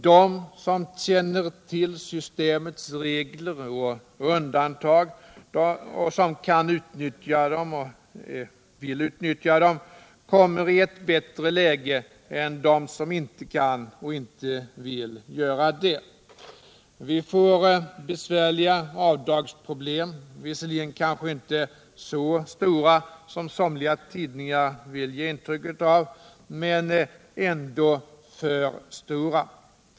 De som känner till systemets regler och undantag och kan och vill utnyttja dem kommer i ett bättre läge än de som inte kan och inte vill göra detta. Vi får besvärliga avdragsproblem, visserligen kanske inte så stora som en del tidningar vill ge intryck av men ändå för stora.